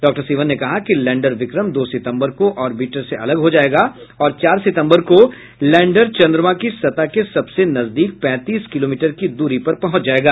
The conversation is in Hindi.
डॉक्टर सिवन ने कहा कि लैंडर विक्रम दो सितम्बर को ऑरबिटर से अलग हो जायेगा और चार सितम्बर को लैंडर चन्द्रमा की सतह के सबसे नजदीक पैंतीस किलोमीटर की दूरी पर पहुंच जायेगा